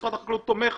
משרד החקלאות תומך